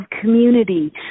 community